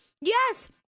yes